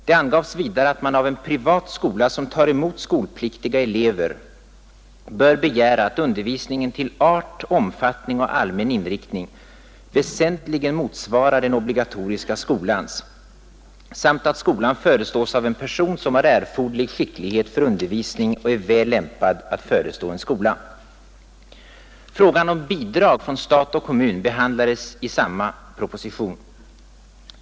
Det angavs vidare att man av en privat skola, som tar emot skolpliktiga elever, bör begära att undervisningen till art, omfattning och allmän inriktning väsentligen motsvarar den obligatoriska skolans samt att skolan förestås av en person som har erforderlig skicklighet för undervisning och är väl lämpad att förestå en skola. Frågan om bidrag från stat och kommun behandlades i samma proposition.